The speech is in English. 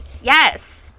yes